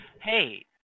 Hey